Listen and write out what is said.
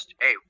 Hey